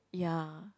ya